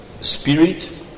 spirit